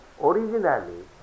originally